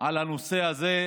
בנושא הזה,